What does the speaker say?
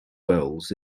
roles